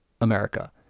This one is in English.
America